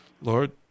Lord